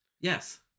Yes